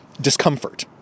discomfort